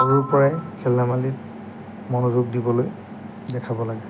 সৰুৰ পৰাই খেল ধেমালিত মনোযোগ দিবলৈ দেখাব লাগে